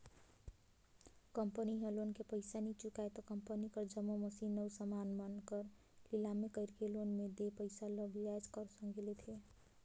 company ह loan के पइसा नी चुकाय त कंपनी कर जम्मो मसीन अउ समान मन कर लिलामी कइरके लोन में देय पइसा ल बियाज कर संघे लेथे